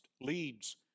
leads